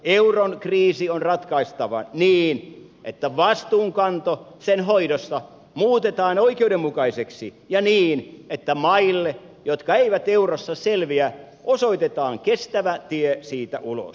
euron kriisi on ratkaistava niin että vastuunkanto sen hoidosta muutetaan oikeudenmukaiseksi ja niin että maille jotka eivät eurossa selviä osoitetaan kestävä tie siitä ulos